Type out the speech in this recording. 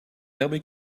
nobody